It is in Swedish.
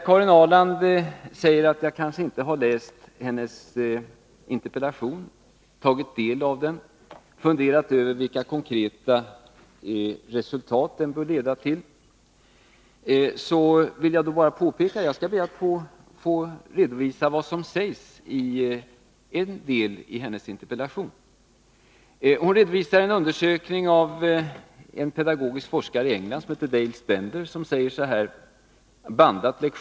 Karin Ahrland säger att jag kanske inte har läst hennesinterpellation, tagit del av den, funderat över vilka konkreta resultat den bör leda till. Jag skall be att få redovisa vad som sägs i en del av hennes interpellation. Karin Ahrland redovisar en undersökning av en pedagogisk forskare i England, Dale Spender. Denna forskare har själv hållit lektioner och bandat dem.